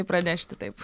pranešti taip